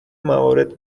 موارد